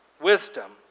Wisdom